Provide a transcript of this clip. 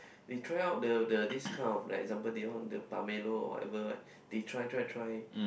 they try out the the this kind of like example they want the pomelo or whatever right they try try try